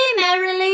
merrily